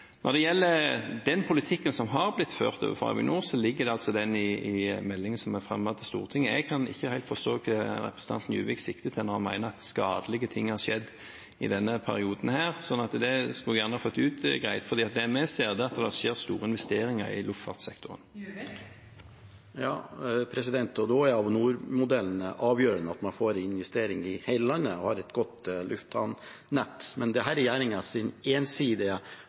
Når det gjelder politikken som er blitt ført overfor Avinor, ligger den i meldingen som er fremmet til Stortinget. Jeg forstår ikke helt hva representanten Juvik sikter til når han mener at skadelige ting har skjedd i denne perioden. Det skulle jeg gjerne fått utgreid. Det vi ser, er at det skjer store investeringer i luftfartssektoren. Da er Avinor-modellen avgjørende – og at man får investering i hele landet og har et godt lufthavnnett. Men denne regjeringens ensidige holdning, også på dette området, er at man ensidig